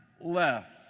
left